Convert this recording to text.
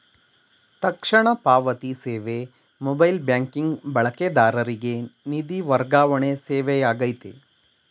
ತಕ್ಷಣ ಪಾವತಿ ಸೇವೆ ಮೊಬೈಲ್ ಬ್ಯಾಂಕಿಂಗ್ ಬಳಕೆದಾರರಿಗೆ ನಿಧಿ ವರ್ಗಾವಣೆ ಸೇವೆಯಾಗೈತೆ